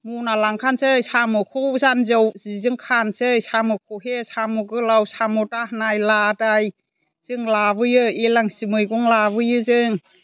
मना लांखान्सै साम'खौ जानजियाव जिजों खानसै साम' खहे साम' गोलाव साम' दाहोनाय लादाइ जों लाबोयो एलांसि मैगं लाबोयो जों